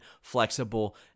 flexible